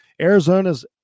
Arizona's